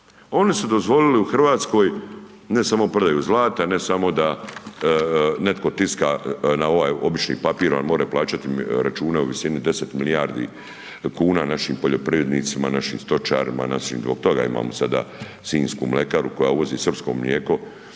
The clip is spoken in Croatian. Oni su dozvolili u Hrvatskoj ne samo prodaju zlata, ne samo da netko tiska na ovaj običan papir, .../Govornik se ne razumije./... plaćati račune u visini deset milijardi kuna našim poljoprivrednicima, našim stočarima, zbog toga imamo sada Sinjsku mlekaru koja uvozi srpsko mlijeko,